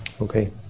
okay